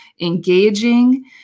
engaging